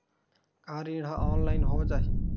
का ऋण ह ऑनलाइन हो जाही?